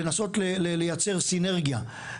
לנסות לייצר סינרגיה.